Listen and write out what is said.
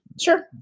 sure